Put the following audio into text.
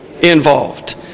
involved